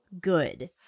good